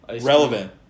relevant